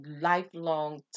lifelong